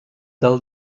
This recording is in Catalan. del